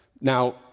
Now